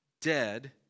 dead